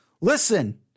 listen